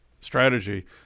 strategy